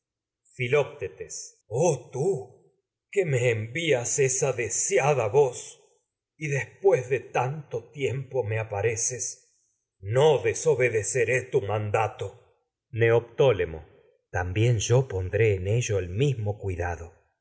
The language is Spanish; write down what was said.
filoctbtes oh tú que me envías esta deseada tragedias de sófocles voz y después tu de tanto tiempo me apareces no des obedeceré mandato neoptólemo también cuidado yo pondré en ello el mismo